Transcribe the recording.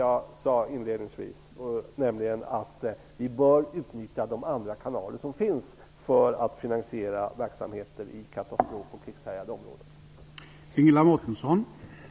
Jag sade inledningsvis att vi bör utnyttja de andra kanaler som finns för att finansiera verksamheten i katastrof och krigshärjade områden. Det är särskilt viktigt.